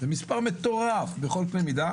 זה מספר מטורף בכל קנה מידה.